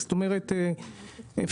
זאת אומרת,